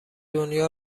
دنیا